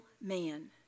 man